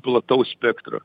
plataus spektro